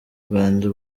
rwanda